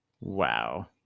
Wow